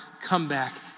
comeback